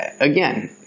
again